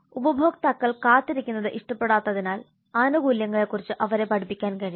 ഉപഭോക്താക്കൾ കാത്തിരിക്കുന്നത് ഇഷ്ടപ്പെടാത്തതിനാൽ ആനുകൂല്യങ്ങളെക്കുറിച്ച് അവരെ പഠിപ്പിക്കാൻ കഴിയും